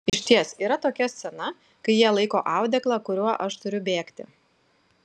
išties yra tokia scena kai jie laiko audeklą kuriuo aš turiu bėgti